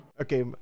Okay